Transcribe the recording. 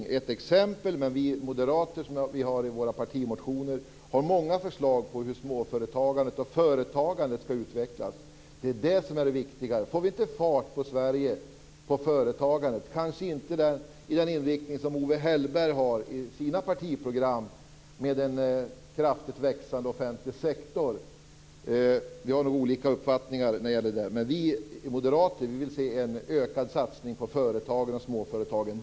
Det var ett exempel, men vi moderater har i våra partimotioner många förslag på hur småföretagandet och företagandet skall utvecklas. Det är det som är det viktiga. Vi måste få fart på Sverige och företagandet, men kanske inte med den inriktning som Owe Hellberg har i sina partiprogram, med en kraftigt växande offentlig sektor. Vi har nog olika uppfattningar. Vi moderater vill se en ökad satsning på företagen och småföretagen.